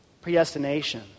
Predestination